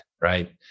right